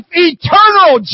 eternal